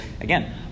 again